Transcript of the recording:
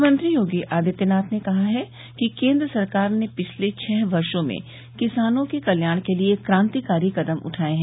मुख्यमंत्री योगी आदित्यनाथ ने कहा है कि केन्द्र सरकार ने पिछले छह वर्षो में किसानों के कल्याण के लिये क्रांतिकारी कदम उठाये हैं